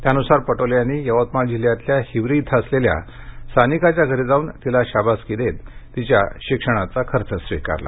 त्यानुसार नाना पटोले यांनी यवतमाळ जिल्ह्यातल्या हिवरी इथं असलेल्या सानिकाच्या घरी जाऊन तिला शाबासकी देत तिच्या शिक्षणाचा खर्च स्वीकारला